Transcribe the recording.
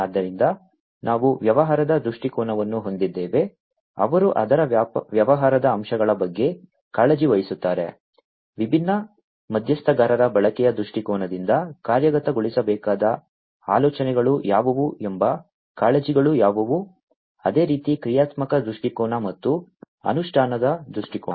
ಆದ್ದರಿಂದ ನಾವು ವ್ಯವಹಾರದ ದೃಷ್ಟಿಕೋನವನ್ನು ಹೊಂದಿದ್ದೇವೆ ಅವರು ಅದರ ವ್ಯವಹಾರದ ಅಂಶಗಳ ಬಗ್ಗೆ ಕಾಳಜಿ ವಹಿಸುತ್ತಾರೆ ವಿಭಿನ್ನ ಮಧ್ಯಸ್ಥಗಾರರ ಬಳಕೆಯ ದೃಷ್ಟಿಕೋನದಿಂದ ಕಾರ್ಯಗತಗೊಳಿಸಬೇಕಾದ ಆಲೋಚನೆಗಳು ಯಾವುವು ಎಂಬ ಕಾಳಜಿಗಳು ಯಾವುವು ಅದೇ ರೀತಿ ಕ್ರಿಯಾತ್ಮಕ ದೃಷ್ಟಿಕೋನ ಮತ್ತು ಅನುಷ್ಠಾನದ ದೃಷ್ಟಿಕೋನ